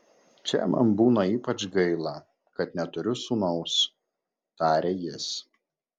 čia man būna ypač gaila kad neturiu sūnaus tarė jis